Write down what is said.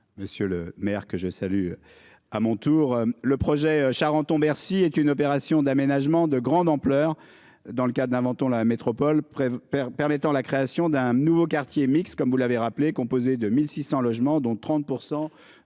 Monsieur le maire que je salue. À mon tour le projet Charenton Bercy est une opération d'aménagement de grande ampleur dans le cadre d'inventons la métropole PREV. Permettant la création d'un nouveau quartier mixte comme vous l'avez rappelé, composé de 1600 logements, dont 30% de logements